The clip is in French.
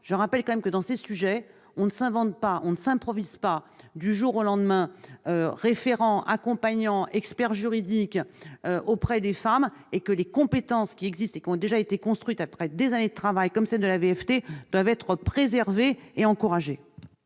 Je rappelle donc que, sur ces sujets, on ne s'improvise pas du jour au lendemain référent, accompagnant ou expert juridique auprès des femmes et que les compétences qui existent, qui ont été construites après des années de travail, comme celles de l'AVFT, doivent être préservées et encouragées.